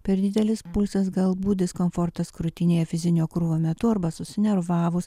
per didelis pulsas galbūt diskomfortas krūtinėje fizinio krūvio metu arba susinervavus